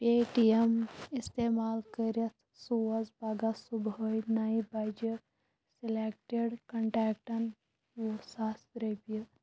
پے T M اِستعمال کٔرِتھ سوز پگاہ صُبحٲے نَیہِ بجہِ سِلیکٹِڈ کنٹیکٹَن وُہ ساس رۄپیہِ